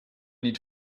need